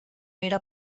era